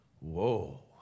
whoa